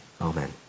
Amen